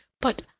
But